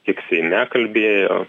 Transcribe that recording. tiek seime kalbėjo